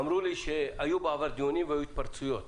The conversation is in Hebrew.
אמרו לי שהיו בעבר דיונים והיו התפרצויות.